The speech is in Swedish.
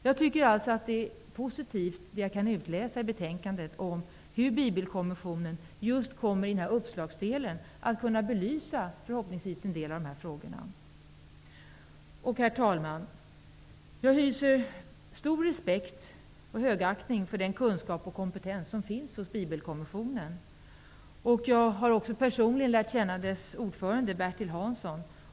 Jag tycker att det jag kan utläsa i betänkandet om hur Bibelkommissionen i uppslagsdelen skall belysa dessa frågor är positivt. Herr talman! Jag hyser stor respekt och högaktning för den kunskap och kompetens som finns hos Bibelkommissionen. Jag har personligen lärt känna dess ordförande Bertil Hansson.